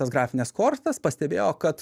tas grafines kortas pastebėjo kad